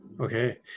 okay